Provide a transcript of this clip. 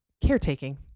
caretaking